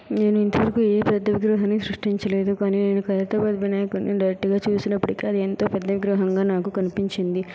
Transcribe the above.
నేను ఇంత వరకు ఏ పెద్ద విగ్రహాన్ని సృష్టించలేదు కానీ నేను ఖైరతాబాద్ వినాయకుడ్ని డైరెక్ట్ గా చూసినప్పుడు ఇంకా ఎంతో పెద్ద విగ్రహంగా నాకు కనిపించింది